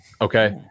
Okay